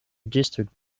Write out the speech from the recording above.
district